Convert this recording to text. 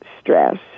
stress